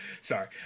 Sorry